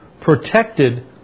protected